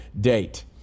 date